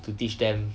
to teach them